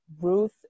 Ruth